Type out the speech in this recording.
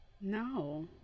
No